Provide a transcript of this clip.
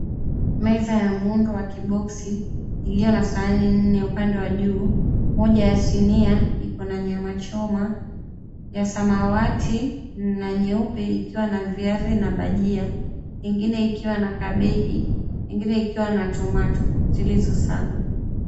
Meza ya muundo ya kiboksi, iliyo na sahani nne upande wa juu. Moja ya sinia iko na nyama choma, ya samawati na nyeupe ikiwa na viazi na bajia, ingine ikiwa na kabeji, ingine ikiwa na tomato zilizosagwa.